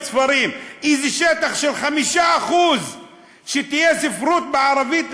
ספרים" איזה שטח של 5% שתהיה ספרות בערבית לילדים,